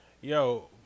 yo